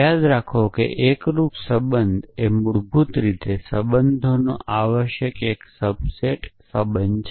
યાદ રાખો કે એકરૂપ સંબંધ એ મૂળભૂત રીતે સંબોધનનો આવશ્યક એક સબસેટ સંબંધ છે